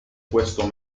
questo